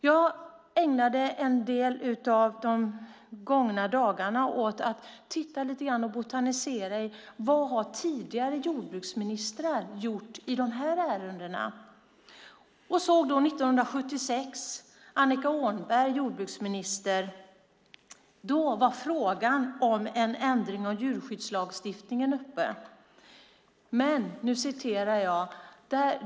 Jag ägnade en del av de gångna dagarna att titta lite gran på och botanisera i vad tidigare jordbruksministrar har gjort i dessa ärenden. Jag såg att frågan om djurskyddslagstiftningen var uppe när Annika Åhnberg var jordbruksminister år 1996.